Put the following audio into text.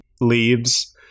leaves